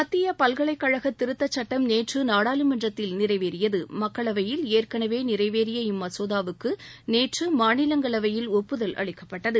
மத்திய பல்கலைக்கழக திருத்தச்சுட்டம் நேற்று நாடாளுமன்றத்தில் நிறைவேறியது மக்களவையில் ஏற்கனவே நிறைவேறிய இம்மசோதாவுக்கு நேற்று மாநிலங்களவையில் ஒப்புதல் அளிக்கப்பட்டது